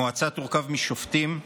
המועצה תורכב משופטים,